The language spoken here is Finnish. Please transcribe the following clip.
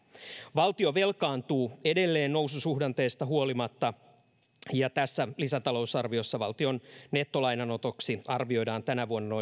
valtio velkaantuu edelleen noususuhdanteesta huolimatta ja tässä lisätalousarviossa valtion nettolainanotoksi arvioidaan tänä vuonna